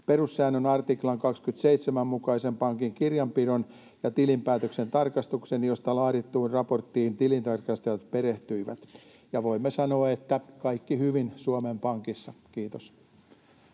perussäännön artiklan 27 mukaisen pankin kirjanpidon ja tilinpäätöksen tarkastuksen, josta laadittuun raporttiin tilintarkastajat perehtyivät. Ja voimme sanoa, että kaikki hyvin Suomen Pankissa. — Kiitos.